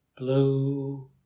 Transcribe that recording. Blue